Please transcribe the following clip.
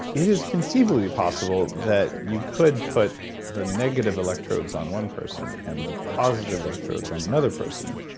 it is conceivably possible that you could put the negative electrodes on one person, and the positive electrodes on another person.